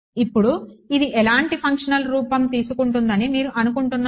ఇప్పుడు ఇది ఎలాంటి ఫంక్షనల్ రూపం తీసుకుంటుందని మీరు అనుకుంటున్నారు